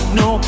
no